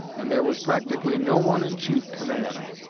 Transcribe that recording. and there was practically no one in chief command.